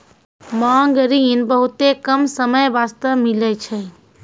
मांग ऋण बहुते कम समय बास्ते मिलै छै